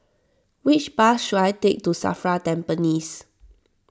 which bus should I take to Safra Tampines